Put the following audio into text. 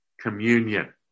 communion